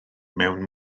mewn